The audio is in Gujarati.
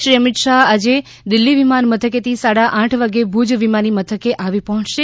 શ્રી અમિત શાહે આજે દિલ્ફી વિમાનેમથકેથી સાડા આઠ વાગ્યે ભુજ વિમાની મથકે આવી પહોયશે